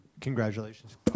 congratulations